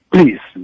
Please